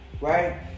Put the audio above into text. right